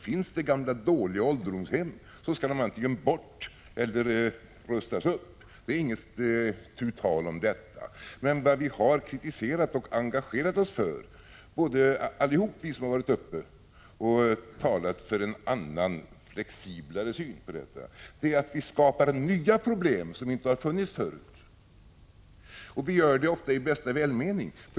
Finns det gamla dåliga ålderdomshem skall de antingen bort eller rustas upp — det är inte tu tal om det. Vad vi kritiserat och engagerat oss för, alla vi som har varit uppe och talat för en annan, flexiblare syn på detta, är att vi skapar nya problem, som inte har funnits förut. Vi gör det ofta i bästa välmening.